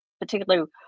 particularly